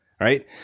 Right